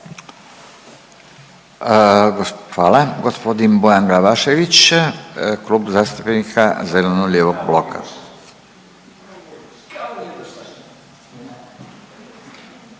Hvala. Gospodin Bojan Glavašević, Klub zastupnika zeleno-lijevog bloka.